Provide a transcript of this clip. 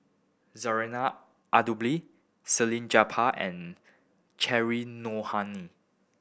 Zarinah Abdullah Salleh Japar and Cheryl Noronha